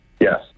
Yes